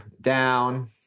down